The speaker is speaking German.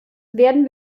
werden